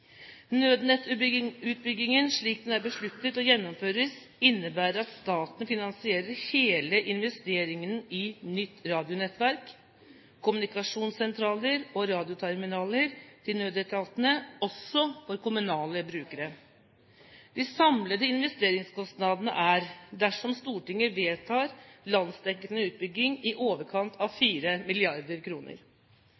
kommunalt. Nødnett-utbyggingen slik den er besluttet og gjennomføres, innebærer at staten finansierer hele investeringen i nytt radionettverk, kommunikasjonssentraler og radioterminaler til nødetatene, også for kommunale brukere. De samlede investeringskostnadene er, dersom Stortinget vedtar landsdekkende utbygging, i overkant av